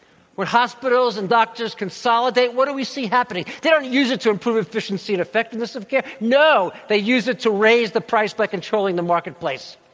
when hospitals and doctors consolidate what do we see happening? they don't use it to improve efficiency and effectiveness of care. no. they use it to raise the price by controlling the marketplace.